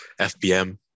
FBM